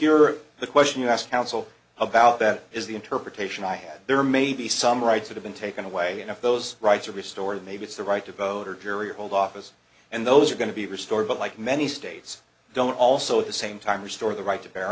your the question you asked counsel about that is the interpretation i had there may be some rights have been taken away and if those rights are restored maybe it's the right to vote or jury or hold office and those are going to be restored but like many states don't also at the same time restore the right to bear